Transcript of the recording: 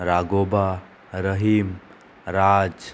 Raghoba Rahim Raj